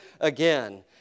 again